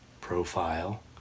profile